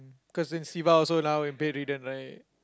cause then siva also another one bedridden right